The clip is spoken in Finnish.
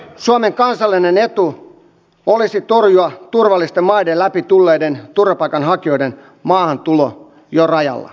suomen kansallinen etu olisi torjua turvallisten maiden läpi tulleiden turvapaikanhakijoiden maahantulo jo rajalla